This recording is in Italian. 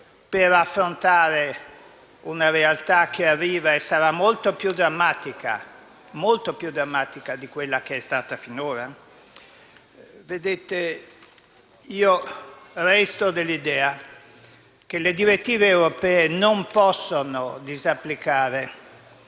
per affrontare una realtà che arriva e sarà molto più drammatica di quella che è stata finora? Resto dell'idea che le direttive europee non possano disapplicare